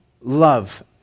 love